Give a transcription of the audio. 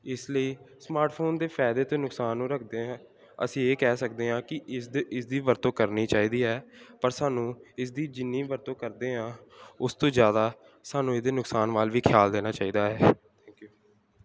ਇਸ ਲਈ ਸਮਾਰਟਫੋਨ ਦੇ ਫਾਇਦੇ ਅਤੇ ਨੁਕਸਾਨ ਨੂੰ ਰੱਖਦੇ ਹੈ ਅਸੀਂ ਇਹ ਕਹਿ ਸਕਦੇ ਹਾਂ ਕਿ ਇਸ ਦੇ ਇਸ ਦੀ ਵਰਤੋਂ ਕਰਨੀ ਚਾਹੀਦੀ ਹੈ ਪਰ ਸਾਨੂੰ ਇਸ ਦੀ ਜਿੰਨੀ ਵਰਤੋਂ ਕਰਦੇ ਹਾਂ ਉਸ ਤੋਂ ਜ਼ਿਆਦਾ ਸਾਨੂੰ ਇਹਦੇ ਨੁਕਸਾਨ ਮਾਲ ਵੀ ਖਿਆਲ ਦੇਣਾ ਚਾਹੀਦਾ ਹੈ ਥੈਂਕ ਯੂ